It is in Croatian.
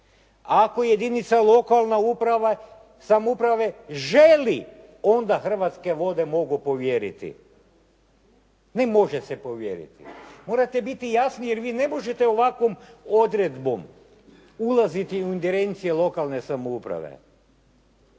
Ako jedinica lokalne samouprave želi, onda Hrvatske vode mogu povjeriti. Ne može se povjeriti. Morate biti jasni jer vi ne možete ovakvom odredbom ulaziti u ingerencije lokalne samouprave